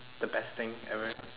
the best thing ever